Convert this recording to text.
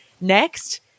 Next